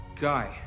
Guy